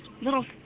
little